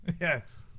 Yes